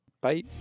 Bye